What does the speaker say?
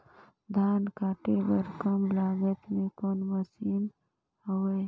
धान काटे बर कम लागत मे कौन मशीन हवय?